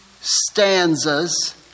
stanzas